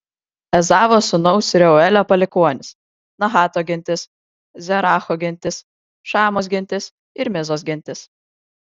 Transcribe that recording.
ezavo sūnaus reuelio palikuonys nahato gentis zeracho gentis šamos gentis ir mizos gentis